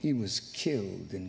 he was killed in